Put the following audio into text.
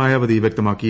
മായാവതി വ്യക്തമാക്കി